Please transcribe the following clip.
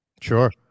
Sure